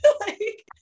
Like-